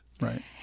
right